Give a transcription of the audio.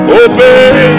open